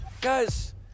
guys